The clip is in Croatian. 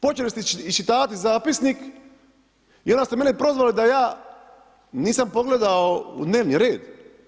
Počeli ste iščitavati zapisnik i onda ste mene prozvali da ja nisam pogledao u dnevni red.